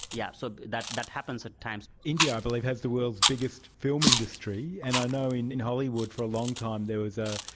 yeah so that that happens at times. india i believe has the world's biggest film industry, and i know in in hollywood for a long time there was a,